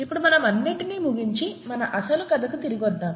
ఇప్పుడు మనం అన్నింటినీ ముగించి మన అసలు కథకు తిరిగి వద్దాం